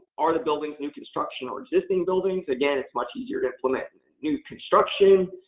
are the buildings new construction or existing buildings? again, it's much easier to implement and new construction.